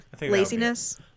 Laziness